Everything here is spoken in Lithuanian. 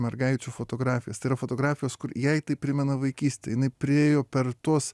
mergaičių fotografijas tai yra fotografijos kur jai tai primena vaikystę jinai priėjo per tuos